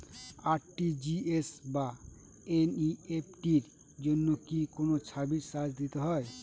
RTGS বা NEFT এর জন্য কি কোনো সার্ভিস চার্জ দিতে হয়?